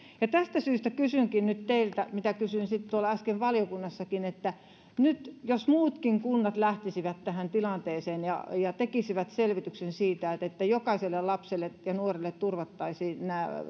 tästä syystä kysynkin nyt teiltä mitä kysyin tuolla äsken valiokunnassakin nyt jos muutkin kunnat lähtisivät tähän tilanteeseen ja ja tekisivät selvityksen siitä että että jokaiselle lapselle ja nuorelle turvattaisiin